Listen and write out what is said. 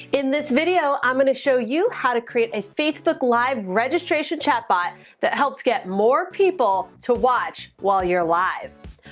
in this video, i'm gonna show you how to create a facebook live registration chat bot that helps get more people to watch while you're alive.